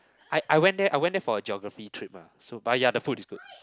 I I went there I went there for a geography trip mah so but ya the food is good